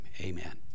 Amen